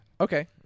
okay